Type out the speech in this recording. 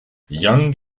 young